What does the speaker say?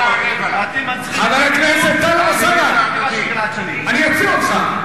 חבר הכנסת טלב אלסאנע, אני אוציא אותך.